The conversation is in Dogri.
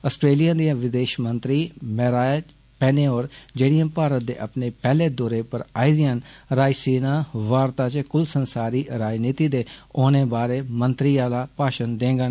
आस्ट्रेलिया दियां विदेषमंत्री मैराइज़ पेने होर जेडिया भारत दे अपने पैहले दौरे पर आई दियां न रायसीना वार्ता च कुल संसारी राजनीति दे औने बारै मंत्री आला भाशण देंगन